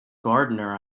gardener